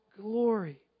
glory